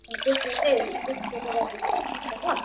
त्यसको चाहिँ त्यसको ल